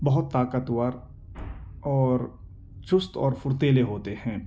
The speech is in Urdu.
بہت طاقتور اور چست اور فرتیلے ہوتے ہیں